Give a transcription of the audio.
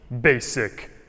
basic